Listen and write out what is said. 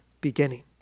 beginning